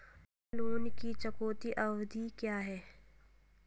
Personal loan की चुकौती अवधि क्या है?